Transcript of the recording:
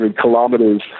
kilometers